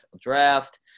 draft